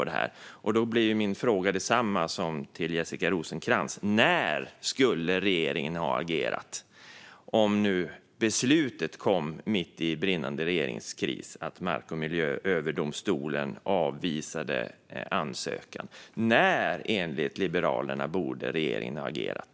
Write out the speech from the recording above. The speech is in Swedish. Då blir min fråga densamma som till Jessica Rosencrantz: När skulle regeringen ha agerat? Mark och miljööverdomstolens beslut att avvisa ansökan kom ju mitt i brinnande regeringskris. När, enligt Liberalerna, borde regeringen ha agerat?